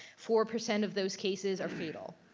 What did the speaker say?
four percent of those cases are fatal.